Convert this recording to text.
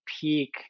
peak